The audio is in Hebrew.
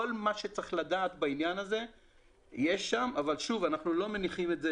כל מה שצריך לדעת בעניין הזה נמצא שם אבל אנחנו לא מניחים את זה